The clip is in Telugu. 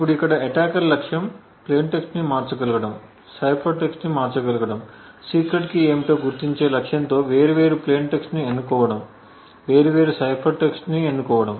ఇప్పుడు ఇక్కడ అటాకర్ లక్ష్యం ప్లేయిన్ టెక్స్ట్ని మార్చగలగడం సైఫర్ టెక్స్ట్ని మార్చగలగడం సీక్రెట్ కీ ఏమిటో గుర్తించే లక్ష్యంతో వేర్వేరు ప్లేయిన్ టెక్స్ట్ ని ఎన్నుకోవడం వేర్వేరు సైఫర్ టెక్స్ట్ ని ఎన్నుకోవడం